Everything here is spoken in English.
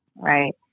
right